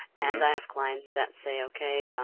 and i have clients that say, iokay,